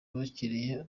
bakiriwe